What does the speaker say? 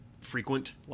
frequent